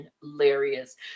hilarious